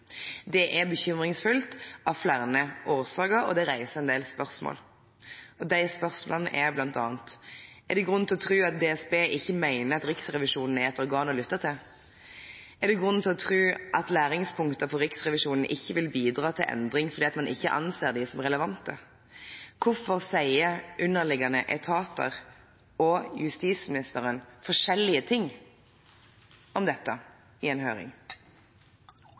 Det er bekymringsfullt av flere årsaker, og det reiser en del spørsmål. De spørsmålene er bl.a.: Er det grunn til å tro at DSB ikke mener at Riksrevisjonen er et organ å lytte til? Er det grunn til å tro at læringspunkter for Riksrevisjonen ikke vil bidra til endring fordi man ikke anser dem som relevante? Hvorfor sier underliggende etater og justisministeren forskjellige ting om dette i en høring?